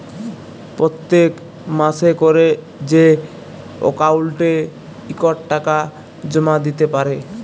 পত্তেক মাসে ক্যরে যে অক্কাউল্টে ইকট টাকা জমা দ্যিতে পারে